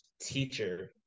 teacher